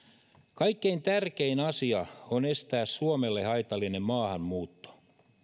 kaikkein tärkein asia on estää suomelle haitallinen maahanmuutto